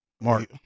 Mark